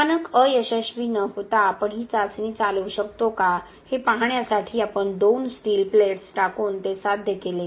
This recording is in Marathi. अचानक अयशस्वी न होता आपण ही चाचणी चालवू शकतो का हे पाहण्यासाठी आणि आपण दोन स्टील प्लेट्स टाकून ते साध्य केले